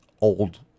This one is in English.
old